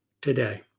Today